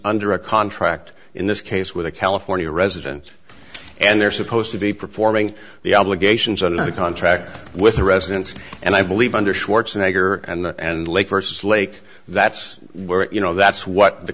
under a contract in this case with a california resident and they're supposed to be performing the obligations on a contract with a residence and i believe under schwarzenegger and and lake versus lake that's where it you know that's what the